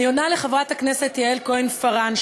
אני עונה לחברת הכנסת יעל כהן-פארן,